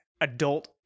adult